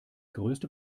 größte